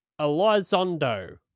Elizondo